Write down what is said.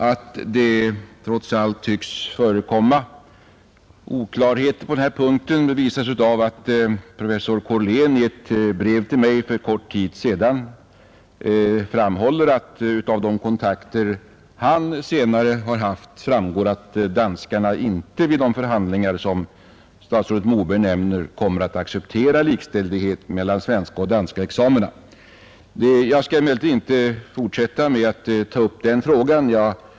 Att det trots allt tycks förekomma oklarheter på denna punkt visar sig av att professor Korlén i ett brev till mig för kort tid sedan framhåller att de kontakter han senare haft givit vid handen att danskarna vid de förhandlingar som statsrådet Moberg nämner inte kommer att acceptera likställighet mellan svenska och danska examina. Jag skall emellertid inte fortsätta att behandla den frågan.